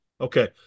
Okay